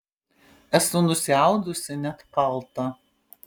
esu nusiaudusi net paltą